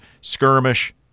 skirmish